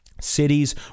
Cities